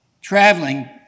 traveling